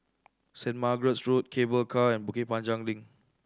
Saint Margaret's Road Cable Car and Bukit Panjang Link